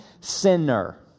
sinner